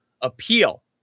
appeal